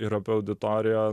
ir apie auditoriją